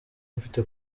mfite